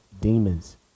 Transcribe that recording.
demons